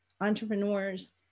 entrepreneurs